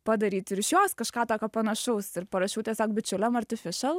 padaryt ir iš jos kažką tokio panašaus ir parašiau tiesiog bičiuliam artificial